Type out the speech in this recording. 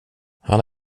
han